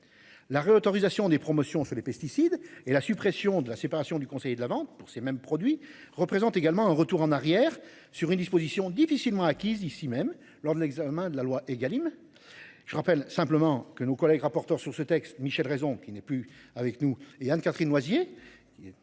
la réautorisation des promotions sur les pesticides et la suppression de la séparation du conseiller de la vente pour ces mêmes produits représente également un retour en arrière sur une disposition difficilement acquise ici-même lors de l'examen de la loi Egalim. Je rappelle simplement que nos collègues rapporteur sur ce texte, Michel Raison, qui n'est plus avec nous et Anne-Catherine Loisier qui est